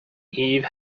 eve